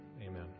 amen